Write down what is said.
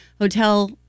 hotel